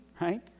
right